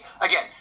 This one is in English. again